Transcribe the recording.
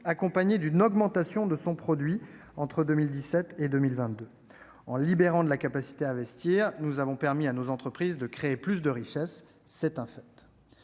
accompagnée d'une augmentation de son produit entre 2017 et 2022. En libérant de la capacité à investir, nous avons permis à nos entreprises de créer plus de richesses, c'est un fait.